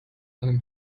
einem